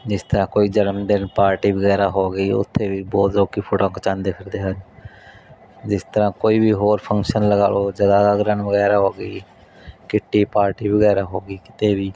ਜਿਸ ਤਰ੍ਹਾਂ ਕੋਈ ਜਨਮ ਦਿਨ ਪਾਰਟੀ ਵਗੈਰਾ ਹੋ ਗਈ ਉੱਥੇ ਵੀ ਬਹੁਤ ਲੋਕ ਫੋਟੋਆਂ ਖਿਚਾਉਂਦੇ ਫਿਰਦੇ ਹਨ ਜਿਸ ਤਰ੍ਹਾਂ ਕੋਈ ਵੀ ਹੋਰ ਫੰਕਸ਼ਨ ਲਗਾ ਲਓ ਜਾਗਰਣ ਵਗੈਰਾ ਹੋ ਗਈ ਕਿੱਟੀ ਪਾਰਟੀ ਵਗੈਰਾ ਹੋ ਗਈ ਕਿਤੇ ਵੀ